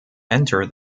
enter